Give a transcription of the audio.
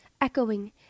echoing